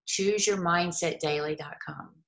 ChooseYourMindsetDaily.com